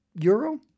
euro